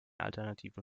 alternativen